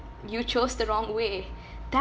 you chose the wrong way that